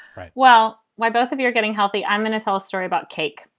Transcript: right. well, why both of you are getting healthy. i'm going to tell a story about cake.